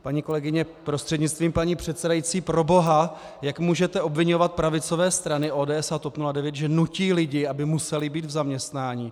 Paní kolegyně prostřednictvím paní předsedající, proboha, jak můžete obviňovat pravicové strany ODS a TOP 09, že nutí lidi, aby museli být v zaměstnání?